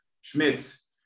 schmitz